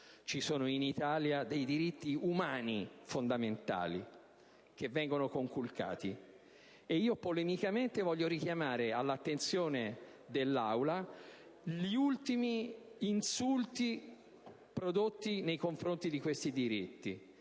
ci sono in Italia dei diritti umani fondamentali che vengono conculcati, ed io polemicamente voglio richiamare all'attenzione dell'Assemblea gli ultimi insulti prodotti nei confronti di questi diritti.